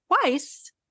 twice